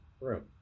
room